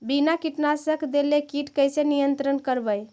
बिना कीटनाशक देले किट कैसे नियंत्रन करबै?